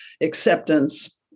acceptance